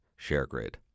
ShareGrid